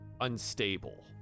unstable